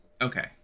Okay